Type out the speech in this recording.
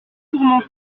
tourmenté